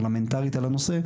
והפרלמנטרית על הנושא,